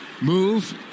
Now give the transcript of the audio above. Move